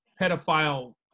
pedophile